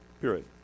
period